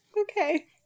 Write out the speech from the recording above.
Okay